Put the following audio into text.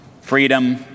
Freedom